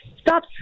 Stop